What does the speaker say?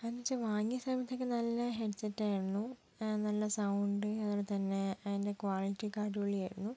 അതെന്ന് വെച്ചാൽ വാങ്ങിയ സമയത്തൊക്കെ നല്ല ഹെഡ് സെറ്റായിരുന്നു നല്ല സൗണ്ട് അതുപോലെ തന്നെ അതിൻ്റെ ക്വാളിറ്റി അടിപൊളിയായിരുന്നു